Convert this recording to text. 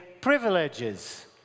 privileges